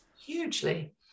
hugely